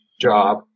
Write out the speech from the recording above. job